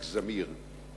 יצחק זמיר,